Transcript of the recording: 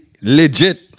legit